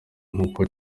nk’uko